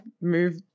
move